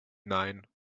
nein